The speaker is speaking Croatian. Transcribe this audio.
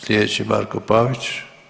Sljedeći Marko Pavić.